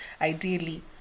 ideally